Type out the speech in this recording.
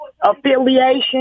affiliation